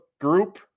group